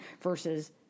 versus